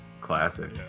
classic